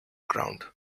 ground